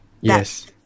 yes